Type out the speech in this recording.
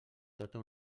tota